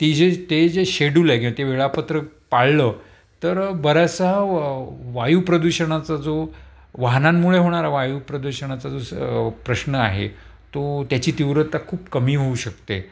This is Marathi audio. ती जे ते जे शेड्यूल आय की ते वेळापत्र पाळलं तर बऱ्याच वायुप्रदूषणाचा जो वाहनांमुळे होणारा वायुप्रदूषणाचा जो स प्रश्न आहे तो त्याची तीव्रत्ता खूप कमी होऊ शकते